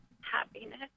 happiness